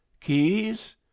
keys